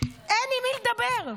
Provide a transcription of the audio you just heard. אין עם מי לדבר.